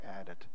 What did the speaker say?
added